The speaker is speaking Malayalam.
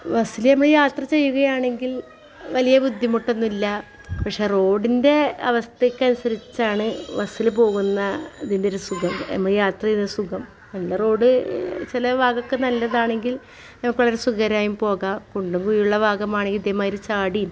ബസ്സിലിരുന്ന് യാത്ര ചെയ്യുകയാണെങ്കിൽ വലിയ ബുദ്ധിമുട്ടൊന്നുമില്ല പക്ഷേ റോഡിന്റെ അവസ്ഥയ്ക്കനുസരിച്ചാണ് ബസ്സിൽ പോകുന്നതിൻറെ ഒരു സുഖം യാത്ര ചെയ്യുന്ന സുഖം നല്ല റോഡ് ചില ഭാഗം ഒക്കെ നല്ലതാണെങ്കിൽ നമുക്ക് വളരെ സുഖകരമായിയും പോകാം കുണ്ടും കുഴിയുള്ള ഭാഗമാണെങ്കിൽ ഇതേമാതിരി ചാടിയും